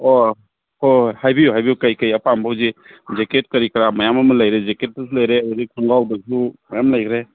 ꯑꯣ ꯍꯣꯏ ꯍꯥꯏꯕꯤꯌꯨ ꯍꯥꯏꯕꯤꯌꯨ ꯀꯩꯀꯩ ꯑꯄꯥꯝꯕ ꯍꯧꯖꯤꯛ ꯖꯦꯛꯀꯦꯠ ꯀꯔꯤ ꯀꯔꯥ ꯃꯌꯥꯝ ꯑꯃ ꯂꯩꯔꯦ ꯖꯦꯛꯀꯦꯠꯇꯁꯨ ꯂꯩꯔꯦ ꯍꯧꯖꯤꯛ ꯈꯣꯡꯒ꯭ꯔꯥꯎꯗꯁꯨ ꯃꯌꯥꯝ ꯂꯩꯈ꯭ꯔꯦ